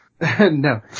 No